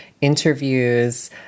interviews